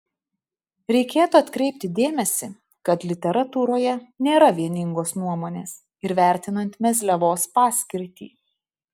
reikėtų atkreipti dėmesį kad literatūroje nėra vieningos nuomonės ir vertinant mezliavos paskirtį